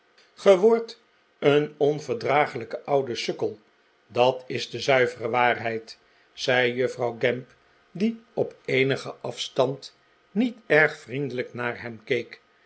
wordt een onverdraaglijke oude sukkel dat is de zuivere waarheid zei jufvrouw gamp die op eenigen afstand niet erg vriendelijk naar hem